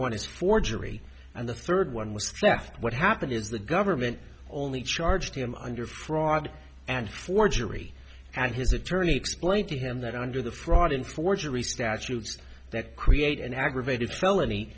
one is forgery and the third one was what happened is the government only charged him under fraud and forgery and his attorney explained to him that under the fraud in forgery statutes that create an ad evaded felony